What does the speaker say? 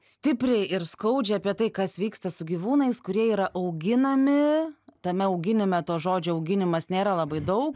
stipriai ir skaudžiai apie tai kas vyksta su gyvūnais kurie yra auginami tame auginime to žodžio auginimas nėra labai daug